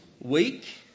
week